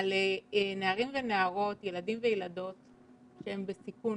על נערים ונערות, ילדים וילדות שהם בסיכון.